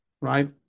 right